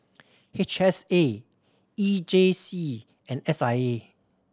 H S A E J C and S I A